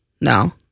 no